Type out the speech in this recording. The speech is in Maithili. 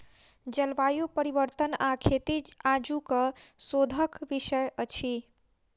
जलवायु परिवर्तन आ खेती आजुक शोधक विषय अछि